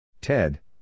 Ted